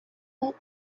went